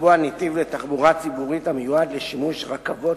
לקבוע נתיב לתחבורה ציבורית המיועד לשימוש רכבות